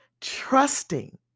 trusting